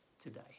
today